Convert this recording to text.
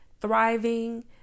thriving